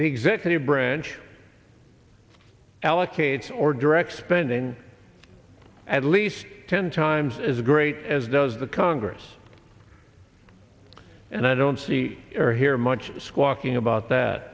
the executive branch allocates or direct spending at least ten times as great as does the congress and i don't see or hear much squawking about that